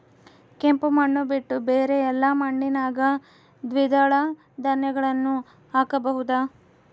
ಕೆಂಪು ಮಣ್ಣು ಬಿಟ್ಟು ಬೇರೆ ಎಲ್ಲಾ ಮಣ್ಣಿನಾಗ ದ್ವಿದಳ ಧಾನ್ಯಗಳನ್ನ ಹಾಕಬಹುದಾ?